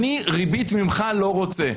אני ריבית ממך לא רוצה,